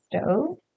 stove